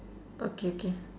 okay okay